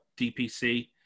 DPC